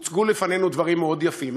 הוצגו לפנינו דברים מאוד יפים.